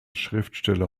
schriftsteller